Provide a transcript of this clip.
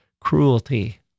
cruelty